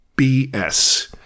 BS